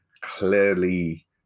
clearly